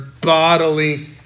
bodily